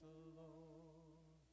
alone